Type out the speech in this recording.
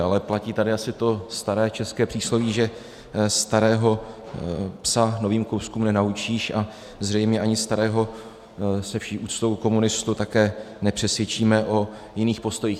Ale platí tady asi to staré české přísloví, že starého psa novým kouskům nenaučíš, a zřejmě ani starého se vší úctou komunistu také nepřesvědčíme o jiných postojích.